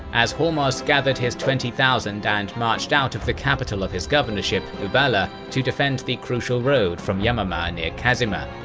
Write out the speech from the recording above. as hormozd gathered his twenty thousand and marched out of the capital of the governorship, uballa, to defend the crucial road from yamamah near kazima.